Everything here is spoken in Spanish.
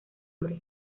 nombre